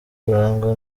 kurangwa